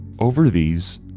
over these,